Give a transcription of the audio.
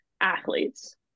athletes